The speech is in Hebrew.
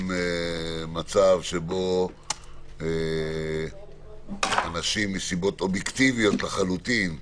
מצב שבו אנשים מסיבות אובייקטיביות לחלוטין,